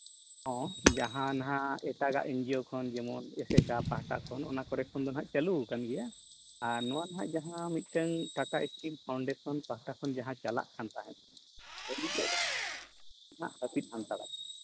ᱦᱚᱸ ᱡᱟᱦᱟᱸᱱᱟᱜ ᱮᱴᱟᱜᱟᱜ ᱮᱱᱡᱤᱭᱳ ᱠᱷᱚᱱ ᱡᱮᱢᱚᱱ ᱟᱥᱮᱹᱠᱟ ᱯᱟᱦᱴᱟ ᱠᱷᱚᱱ ᱚᱱᱟ ᱠᱚᱨᱮ ᱫᱚ ᱱᱟᱜ ᱪᱟᱹᱞᱩᱣᱟᱠᱟᱱ ᱜᱮᱭᱟ ᱟᱨ ᱱᱚᱣᱟ ᱫᱚ ᱦᱟᱸᱜ ᱡᱟᱦᱟᱸ ᱢᱤᱫᱴᱟᱹᱝ ᱴᱟᱴᱟ ᱤᱥᱴᱤᱞ ᱯᱷᱟᱣᱩᱱᱰᱮᱥᱚᱱ ᱯᱟᱦᱴᱟ ᱠᱷᱚᱱ ᱡᱟᱦᱟᱸ ᱪᱟᱞᱟᱜ ᱠᱟᱱ ᱛᱟᱦᱮᱸᱫ ᱱᱤᱛᱚᱜ ᱫᱚ ᱦᱟᱸᱜ ᱦᱟᱹᱯᱤᱡ ᱦᱟᱛᱟᱲ ᱟᱠᱟᱱᱟ